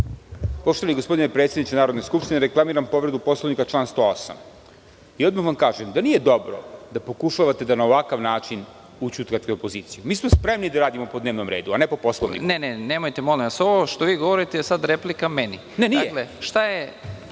Poštovani gospodine predsedniče Narodne skupštine, reklamiram povredu Poslovnika član 108.Odmah vam kažem da nije dobro da pokušavate da na ovakav način ućutkate opoziciju. Mi smo spremni da radimo po dnevnom redu, a ne po Poslovniku.(Predsednik: Molim vas nemojte. Ovo što vi govorite je sada replika meni. Ne,